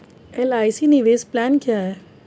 LIC निवेश plan क्या है?